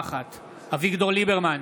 אביגדור ליברמן,